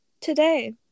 Today